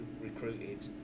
recruited